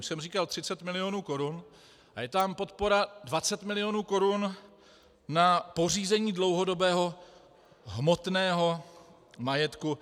Už jsem říkal 30 milionů korun a je tam podpora 20 milionů korun na pořízení dlouhodobého hmotného majetku.